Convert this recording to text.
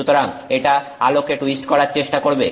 সুতরাং এটা আলোকে টুইস্ট করার চেষ্টা করবে